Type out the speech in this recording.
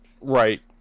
Right